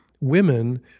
women